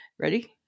ready